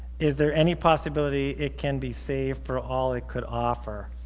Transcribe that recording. is there any possibility it can be saved for all it could offer